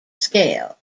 scale